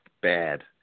bad